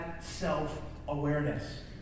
self-awareness